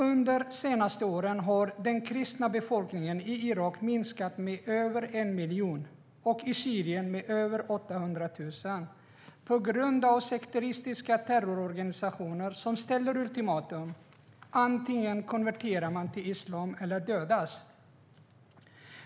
Under de senaste åren har den kristna befolkningen i Irak minskat med över 1 miljon och i Syrien med över 800 000 på grund av sekteristiska terrororganisationer som ställer som ultimatum att antingen konvertera till islam eller dödas.